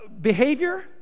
behavior